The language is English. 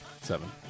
Seven